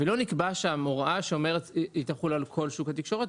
ולא נקבעה ההוראה שאומרת שהיא תחול על כל שוק התקשורת,